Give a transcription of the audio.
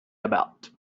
about